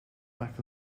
maakt